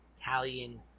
Italian